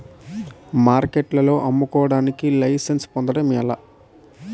మార్కెట్లో అమ్ముకోడానికి లైసెన్స్ పొందడం ఎలా?